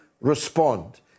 respond